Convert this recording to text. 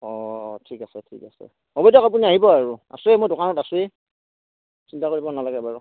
অঁ অঁ ঠিক আছে ঠিক আছে হ'ব দিয়ক আপুনি আহিব আৰু আছোঁ এই মই দোকানত আছোঁৱেই চিন্তা কৰিব নালাগে বাৰু